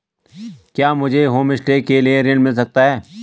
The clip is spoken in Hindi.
क्या मुझे होमस्टे के लिए ऋण मिल सकता है?